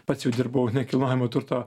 pats jau dirbau nekilnojamo turto